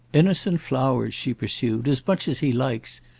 innocent flowers, she pursued, as much as he likes.